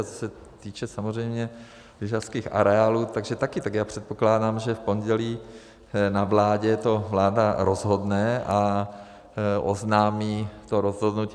A co se týče samozřejmě lyžařských areálů, takže taky, tak já předpokládám, že v pondělí na vládě to vláda rozhodne a oznámí to rozhodnutí.